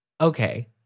okay